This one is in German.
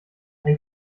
ein